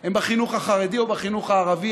הם בחינוך החרדי או בחינוך הערבי.